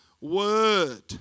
word